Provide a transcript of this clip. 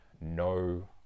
no